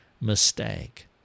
mistake